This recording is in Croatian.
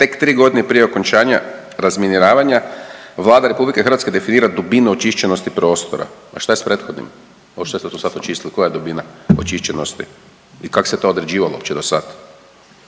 tek tri godine prije okončanja razminiravanja Vlada Republike Hrvatske definira dubinu očišćenosti prostora. A šta je sa prethodnim ovo što su sad očistili koja je dubina očišćenosti i kak se to određivalo uopće do sad?